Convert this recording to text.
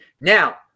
Now